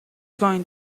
going